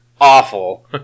Awful